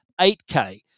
8K